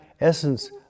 essence